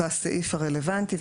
בסעיף הרלוונטי,